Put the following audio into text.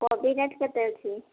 କୋବି ରେଟ୍ କେତେ ଅଛି